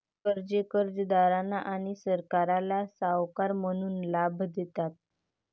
कर्जे कर्जदारांना आणि सरकारला सावकार म्हणून लाभ देतात